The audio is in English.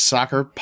Soccer